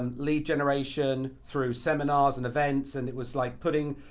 um lead generation through seminars and events and it was, like putting,